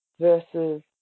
versus